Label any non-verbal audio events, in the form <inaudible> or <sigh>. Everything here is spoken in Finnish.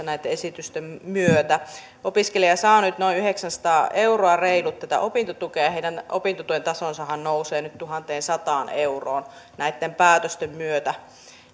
<unintelligible> näitten esitysten myötä opiskelija saa nyt noin reilut yhdeksänsataa euroa tätä opintotukea ja hänen opintotuen tasonsahan nousee nyt tuhanteensataan euroon näitten päätösten myötä